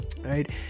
right